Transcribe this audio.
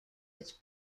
its